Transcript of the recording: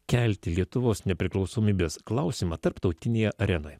kelti lietuvos nepriklausomybės klausimą tarptautinėje arenoje